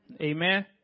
Amen